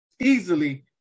easily